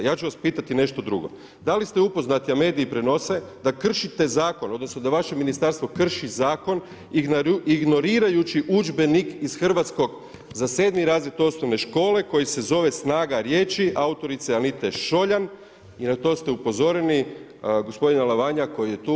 Ja ću vas pitati nešto drugo, da li ste upoznati, a mediji prenose, da kršite zakon, odnosno, da vaše ministarstvo krši zakon, ignorirajući udžbenik iz hrvatskog za 7 razred osnovne škole koji se zove „Snaga riječi“ autorice Anite Šoljan i na to ste upozoreni gospodine Alavanja koji je tu.